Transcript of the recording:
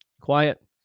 quiet